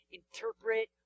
interpret